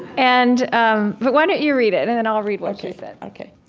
and um but why don't you read it, and then i'll read what she said ok.